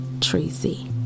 Tracy